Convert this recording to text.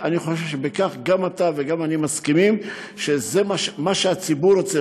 אני חושב שבכך גם אתה וגם אני מסכימים שזה מה שהציבור רוצה,